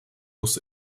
muss